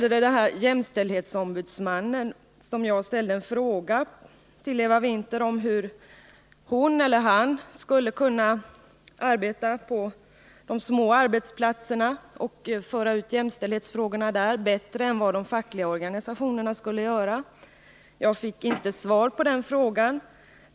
När det sedan gäller den fråga som jag ställde till Eva Winther och som handlade om hur ombudsmannen, hon eller han, skall kunna arbeta på de små arbetsplatserna och föra ut jämställdhetsfrågorna bättre än de fackliga organisationerna, så fick jag inget svar.